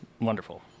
wonderful